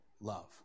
Love